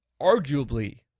arguably